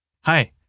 Hi